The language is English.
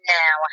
now